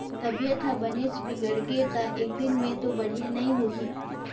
तबीयत ह बनेच बिगड़गे त एकदिन में तो बड़िहा नई होही